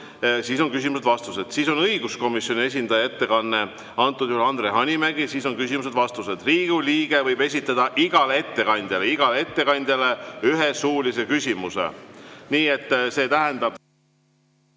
siis on küsimused-vastused. Seejärel on õiguskomisjoni esindaja ettekanne, antud juhul Andre Hanimägi, siis on küsimused-vastused. Riigikogu liige võib esitada igale ettekandjale ühe suulise küsimuse. Nii et see tähendab,